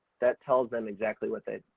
that tells them exactly what that,